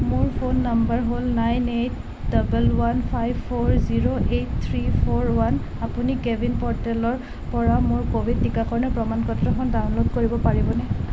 মোৰ phone number হ'ল nine eight double one five four zero eight three four one আপুনি CoWIN প'ৰ্টেলৰ পৰা মোৰ ক'ভিড টীকাকৰণৰ প্ৰমাণ পত্ৰখন ডাউনল'ড কৰিব পাৰিবনে